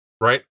Right